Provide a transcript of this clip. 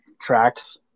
tracks